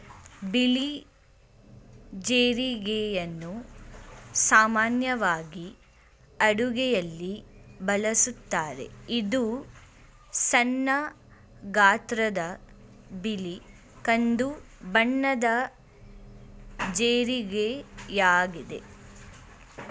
ಬಿಳಿ ಜೀರಿಗೆಯನ್ನು ಸಾಮಾನ್ಯವಾಗಿ ಅಡುಗೆಯಲ್ಲಿ ಬಳಸುತ್ತಾರೆ, ಇದು ಸಣ್ಣ ಗಾತ್ರದ ಬಿಳಿ ಕಂದು ಬಣ್ಣದ ಜೀರಿಗೆಯಾಗಿದೆ